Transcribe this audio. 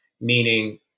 meaning